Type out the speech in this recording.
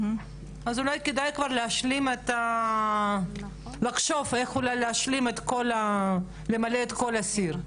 אז אולי כדאי לחשוב איך אולי למלא את כל הסיר.